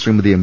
Shrimati M